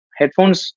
headphones